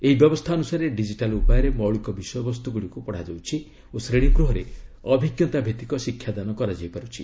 ଏହି ବ୍ୟବସ୍ଥା ଅନୁସାରେ ଡିଜିଟାଲ ଉପାୟରେ ମୌଳିକ ବିଷୟବସ୍ତୁ ଗୁଡ଼ିକୁ ପଢ଼ାଯାଉଛି ଓ ଶ୍ରେଣୀଗୃହରେ ଅଭିଜ୍ଞତା ଭିତ୍ତିକ ଶିକ୍ଷାଦାନ କରାଯାଇପାରୁଛି